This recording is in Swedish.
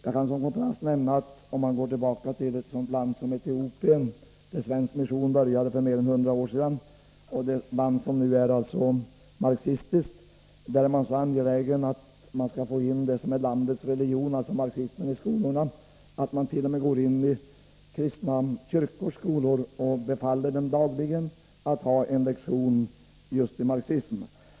Jag kan som kontrast nämna att i ett land som Etiopien, som nu är marxistiskt — där svensk mission började för mer än 100 år sedan — är man så angelägen att få in det som är landets religion, alltså marxismen, i skolorna att man t.o.m. går in i kristna kyrkors skolor och befaller dem att dagligen ha en lektion i just marxism.